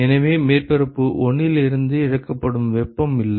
எனவே மேற்பரப்பு 1 இலிருந்து இழக்கப்படும் வெப்பம் இல்லை